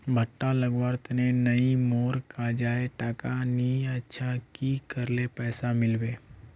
भुट्टा लगवार तने नई मोर काजाए टका नि अच्छा की करले पैसा मिलबे?